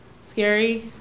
scary